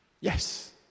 Yes